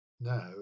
Now